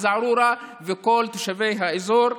אל-זערורה וכל תושבי האזור.